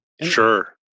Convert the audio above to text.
sure